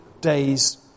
day's